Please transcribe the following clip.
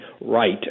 right